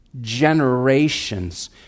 generations